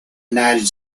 united